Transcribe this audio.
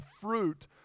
fruit